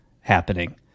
happening